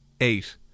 eight